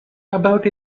about